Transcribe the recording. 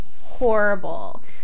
horrible